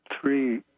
three-